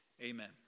Amen